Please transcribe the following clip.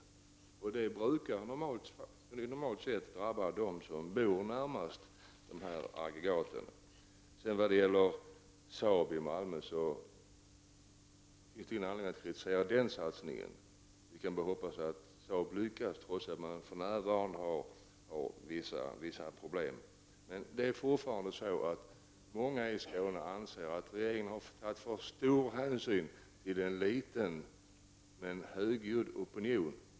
Normalt sett är det ju också så, att det är de som bor närmast aggregaten som drabbas. Sedan tycker jag inte att det finns någon anledning att nämna Saab och satsningen i Malmö. Vi kan dock bara hoppas att Saab skall lyckas. För närvarande har man ju vissa problem. Fortfarande är det många i Skåne som anser att alltför stor hänsyn har tagits till en liten men högljudd opinion.